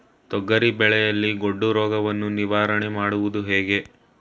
ತೊಗರಿ ಬೆಳೆಯಲ್ಲಿ ಗೊಡ್ಡು ರೋಗವನ್ನು ನಿವಾರಣೆ ಮಾಡುವುದು ಹೇಗೆ?